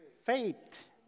Faith